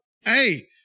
hey